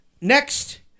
Next